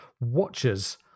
watches